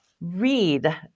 read